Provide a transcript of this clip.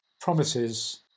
promises